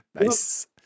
Nice